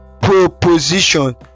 proposition